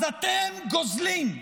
אז אתם גוזלים,